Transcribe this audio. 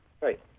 right